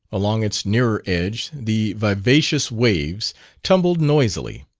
along its nearer edge the vivacious waves tumbled noisily.